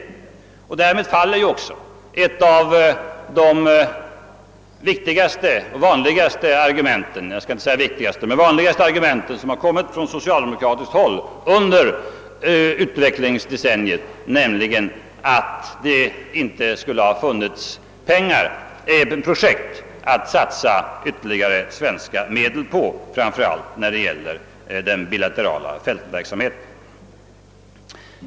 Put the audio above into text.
Därmed faller också ett av de vanligaste argumenten från socialdemokratiskt håll under utvecklingsdecenniet, nämligen att det inte skulle ha funnits projekt att satsa ytterligare svenska medel på, framför allt när det gäller den bilaterala fältverksamheten.